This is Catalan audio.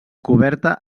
coberta